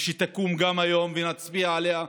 ושגם היא תקום היום ונצביע עליה,